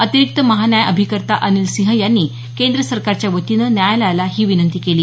अतिरिक्त महान्यायअभिकर्ता अनिल सिंह यांनी केंद्र सरकारच्या वतीनं न्यायालयाला ही विनंती केली